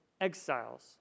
exiles